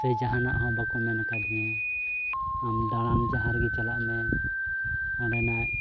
ᱥᱮ ᱡᱟᱦᱟᱱᱟᱜ ᱦᱚᱸ ᱵᱟᱠᱚ ᱢᱮᱱ ᱠᱟᱫᱤᱧᱟ ᱟᱢ ᱫᱟᱬᱟᱱ ᱡᱟᱦᱟᱸ ᱨᱮᱜᱮ ᱪᱟᱞᱟᱜ ᱢᱮ ᱚᱸᱰᱮᱱᱟᱜ